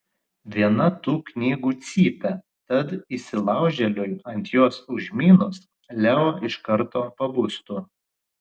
viena tų knygų cypia tad įsilaužėliui ant jos užmynus leo iš karto pabustų